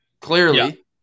Clearly